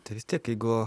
tai vis tiek jeigu